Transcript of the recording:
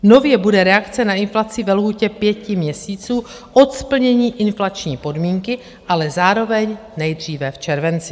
Nově bude reakce na inflaci ve lhůtě pěti měsíců od splnění inflační podmínky, ale zároveň nejdříve v červenci.